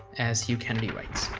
as hugh kennedy writes,